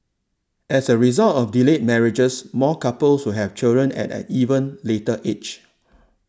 as a result of delayed marriages more couples will have children at an even later age